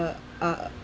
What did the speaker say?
uh uh